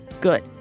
Good